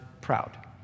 proud